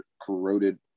corroded